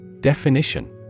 Definition